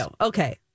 okay